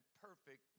perfect